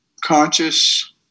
conscious